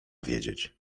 wiedzieć